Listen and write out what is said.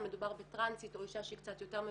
מדובר בטרנסית או באישה מבוגרת,